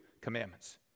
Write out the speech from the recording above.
commandments